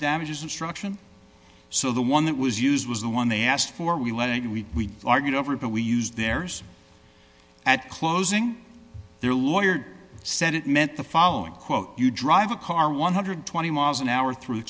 damages instruction so the one that was used was the one they asked for we let it go we argued over it but we used theirs at closing their lawyer said it meant the following quote you drive a car one hundred and twenty miles an hour through